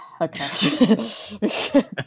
okay